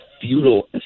feudal